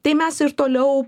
tai mes ir toliau